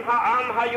ה'.